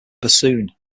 bassoon